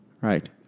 right